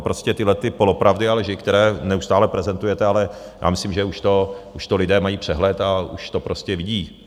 Prostě tyhle ty polopravdy, a lži, které neustále prezentujete, ale já myslím, že už lidé mají přehled a už to prostě vidí.